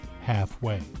halfway